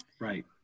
right